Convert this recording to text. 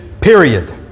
period